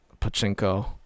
pachinko